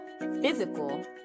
physical